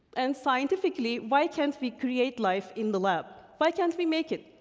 and scientifically, why can't we create life in the lab? why can't we make it?